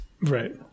Right